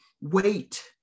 wait